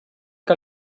que